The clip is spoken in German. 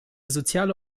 soziale